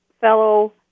fellow